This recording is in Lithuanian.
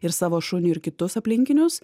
ir savo šunį ir kitus aplinkinius